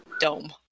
dome